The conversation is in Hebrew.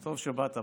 טוב שבאת.